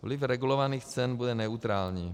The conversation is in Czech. Vliv regulovaných cen bude neutrální.